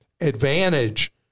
advantage